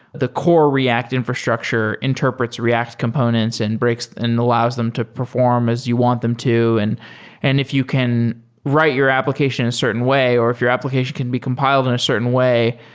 the core react infrastructure interprets react components and so and allows them to perform as you want them to. and and if you can write your application in a certain way or if your application can be compiled in a certain way,